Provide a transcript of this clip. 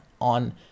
on